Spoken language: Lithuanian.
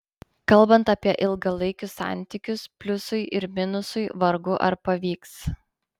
kalbant apie ilgalaikius santykius pliusui ir minusui vargu ar pavyks